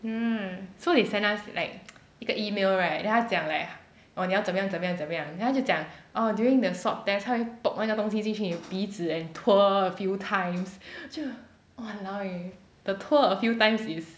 yeah so they send us like 一个 email right then 他讲 like orh 你要怎么样怎么样怎么样怎么样 then 他就讲 oh during the swab test 他会 poke 那个东西进去你的鼻子 then tour a few times 我就 !walao! eh the tour a few times is